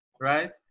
right